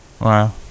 Wow